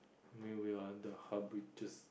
I mean we are the